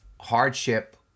hardship